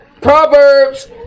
Proverbs